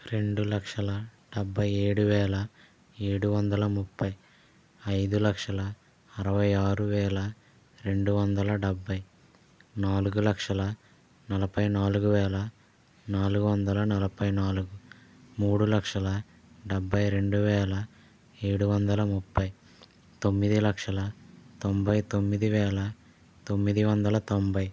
రెండు లక్షల డెబ్బై ఏడు వేల ఏడు వందల ముప్పై ఐదు లక్షల అరవై ఆరు వేల రెండు వందల డెబ్బై నాలుగు లక్షల నలభై నాలుగు వేల నాలుగు వందల నలభై నాలుగు మూడు లక్షల డెబ్బై రెండు వేల ఏడు వందల ముప్పై తొమ్మిది లక్షల తొంభై తొమ్మిది వేల తొమ్మిది వందల తొంభై